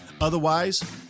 Otherwise